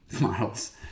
models